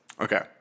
Okay